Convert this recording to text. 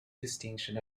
distinction